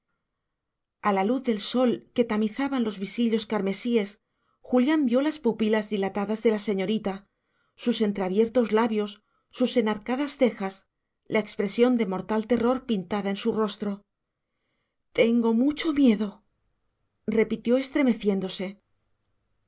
a la luz del sol que tamizaban los visillos carmesíes julián vio las pupilas dilatadas de la señorita sus entreabiertos labios sus enarcadas cejas la expresión de mortal terror pintada en su rostro tengo mucho miedo repitió estremeciéndose